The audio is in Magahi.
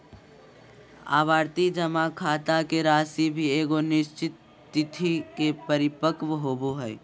आवर्ती जमा खाता के राशि भी एगो निश्चित तिथि के परिपक्व होबो हइ